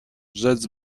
rzec